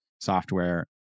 software